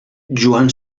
joan